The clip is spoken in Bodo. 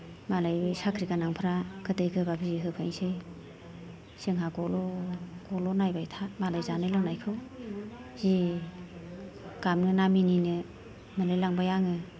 मालाय साख्रि गोनांफ्रा गोदै गोबाब जि होफैसै जोंहा गल' गल' नायबाय था मालाय जानाय लोंनायखौ जि गाबनो ना मिनिनो मोनलायलांबाय आङो